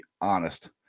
honest